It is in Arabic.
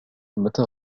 متى